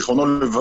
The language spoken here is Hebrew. ז"ל,